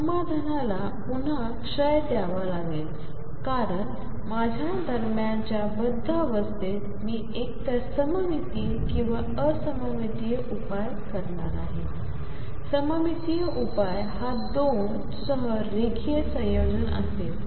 समाधानाला पुन्हा क्षय द्यावा लागेल कारण माझ्या दरम्यानच्या बध्य अवस्थेत मी एकतर सममितीय किंवा असममितीय उपाय करणार आहे सममितीय उपाय हा दोन सह रेखीय संयोजन असेल